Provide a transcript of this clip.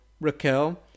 Raquel